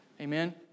Amen